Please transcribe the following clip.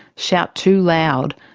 shout too loud,